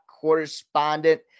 correspondent